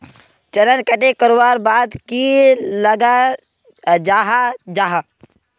चनार कटाई करवार बाद की लगा जाहा जाहा?